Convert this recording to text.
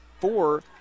four